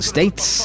States